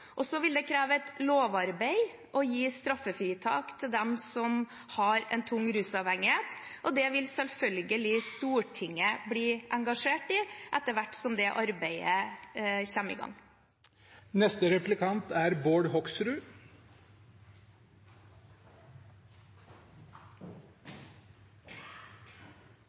Så vil det kreve et lovarbeid å gi straffefritak til dem som har en tung rusavhengighet, og det vil selvfølgelig Stortinget bli engasjert i, etter hvert som det arbeidet kommer i gang.